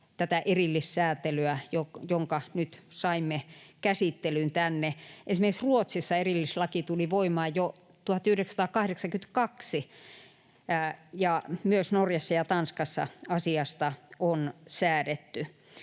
tätä erillissäätelyä, jonka nyt saimme käsittelyyn tänne. Esimerkiksi Ruotsissa erillislaki tuli voimaan jo 1982, ja myös Norjassa ja Tanskassa asiasta on säädetty.